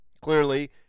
clearly